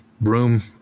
room